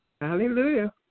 Hallelujah